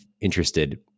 interested